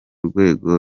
rwego